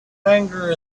tangier